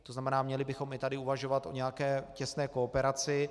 To znamená, měli bychom i tady uvažovat o nějaké těsné kooperaci.